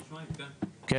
כן.